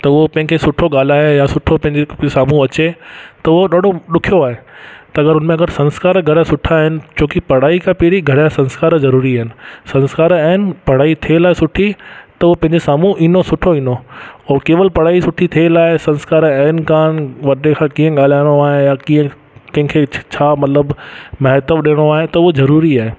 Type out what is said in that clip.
त उहो कंहिं खे सुठो ॻाल्हाए या सुठो पंहिंजे साम्हूं अचे त उहो ॾाढो ॾुखियो आहे अगरि उन में संस्कार अगरि सुठा आहिनि छो की पढ़ाई खां पहिरीं घर जा संस्कार ज़रूरी आहिनि संस्कार आहिनि पढ़ाई थियलु आहे सुठी त ऊ कहें जे सामूं ईंदो सुठो ईंदो हो केवल पढ़ाई सुठी थियलु आहे संस्कार आहिनि कान वॾे खां कीअं ॻाल्हाइणो आहे कीअं कंहिं खे छा मतिलबु महत्व बि ॾियणो आहे त उहो ज़रूरी आहे